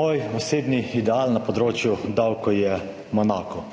Moj osebni ideal na področju davkov je enako,